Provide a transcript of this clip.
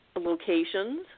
locations